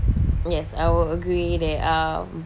yes I would agree that uh